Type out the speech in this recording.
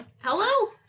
Hello